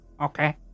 Okay